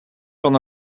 van